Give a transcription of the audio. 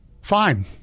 Fine